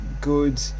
good